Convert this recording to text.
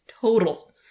Total